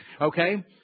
Okay